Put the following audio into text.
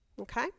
Okay